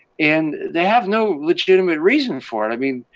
and they have no legitimate reason for it. i mean,